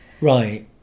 Right